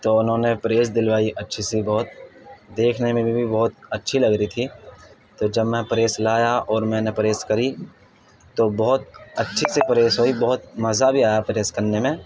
تو انہوں نے پریس دلوائی اچھی سی بہت دیکھنے میں بھی بہت اچھی لگ رہی تھی تو جب میں پریس لایا اور میں نے پریس کری تو بہت اچھی سی پریس ہوئی بہت مزا بھی آیا پریس کرنے میں